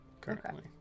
Currently